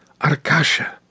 Arkasha